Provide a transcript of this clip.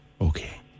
okay